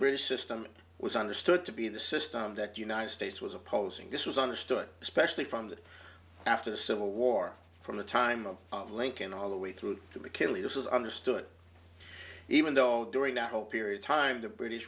british system was understood to be the system that united states was opposing this was understood especially from the after the civil war from the time of of lincoln all the way through to the killing this is understood even though during that whole period time to british